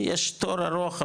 יש תור ארוך,